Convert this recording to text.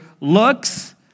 looks